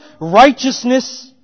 righteousness